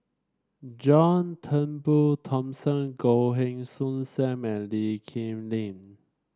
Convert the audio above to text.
John Turnbull Thomson Goh Heng Soon Sam and Lee Kip Lin